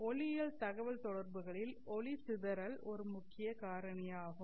ஒளியியல் தகவல் தொடர்புகளில் ஒளி சிதறல் ஒரு முக்கிய காரணியாகும்